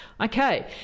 Okay